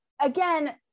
again